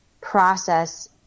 process